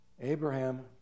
Abraham